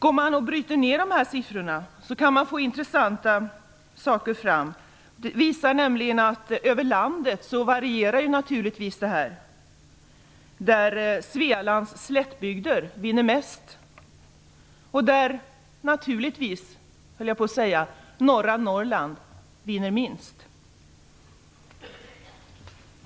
Om man bryter ned siffrorna kan man få fram intressanta saker. De visar nämligen att det naturligtvis varierar över landet. Svealands slättbygder vinner mest. Norra Norrland vinner naturligtvis, höll jag på att säga, minst.